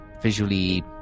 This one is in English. visually